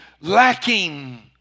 lacking